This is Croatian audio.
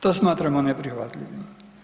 To smatramo neprihvatljivim.